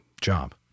job